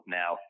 now